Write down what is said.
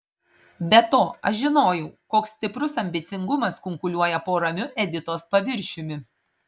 be to aš žinojau koks stiprus ambicingumas kunkuliuoja po ramiu editos paviršiumi